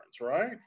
Right